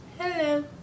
Hello